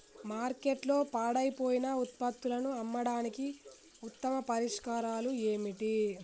మార్కెట్లో పాడైపోయిన ఉత్పత్తులను అమ్మడానికి ఉత్తమ పరిష్కారాలు ఏమిటి?